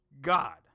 God